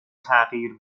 تغییر